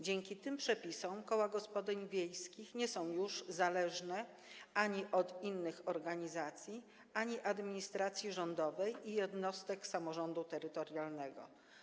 Dzięki tym przepisom koła gospodyń wiejskich nie są już zależne ani od innych organizacji, ani od administracji rządowej czy jednostek samorządu terytorialnego.